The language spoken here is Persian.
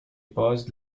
باز